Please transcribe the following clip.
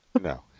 No